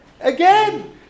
again